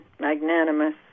magnanimous